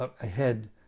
ahead